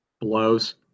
blows